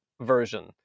version